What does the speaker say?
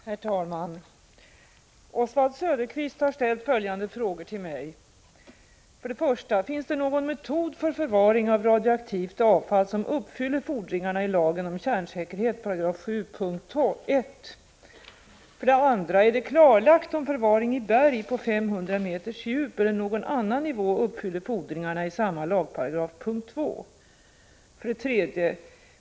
Herr talman! Oswald Söderqvist har ställt följande frågor till mig: 2. Är det klarlagt om förvaring i berg på 500 m djup eller någon annan nivå uppfyller fordringarna i samma lagparagraf punkt 2? 3.